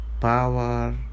power